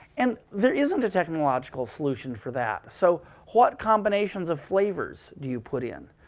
and there isn't a technological solution for that. so what combinations of flavors do you put in?